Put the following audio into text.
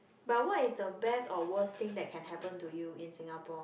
but what is the best or worst thing that can happen to you in Singapore